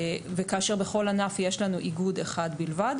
וכאשר בכל ענף יש לנו איגוד אחד בלבד.